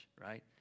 right